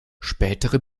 spätere